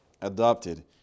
adopted